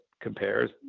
compares